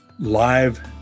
Live